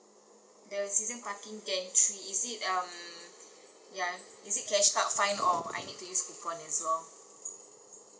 the season parking entry is it um yeah is it cash card fine or I need to use coupon as well